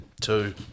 two